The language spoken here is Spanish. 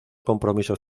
compromisos